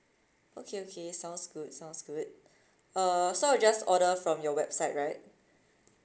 okay okay sounds good sounds good uh so I'll just order from your website right